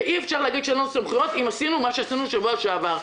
ואי אפשר להגיד שאין לנו סמכויות אם עשינו מה שעשינו שבוע שעבר.